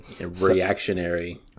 reactionary